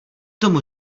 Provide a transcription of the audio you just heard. tomu